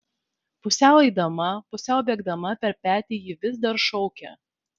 pusiau eidama pusiau bėgdama per petį ji vis dar šaukė